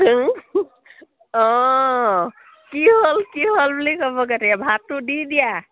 অঁ কি হ'ল কি হ'ল বুলি ক'ব এতিয়া ভাতটো দি দিয়া